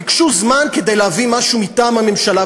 ביקשו זמן כדי להביא משהו מטעם הממשלה,